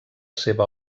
seva